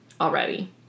already